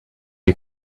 you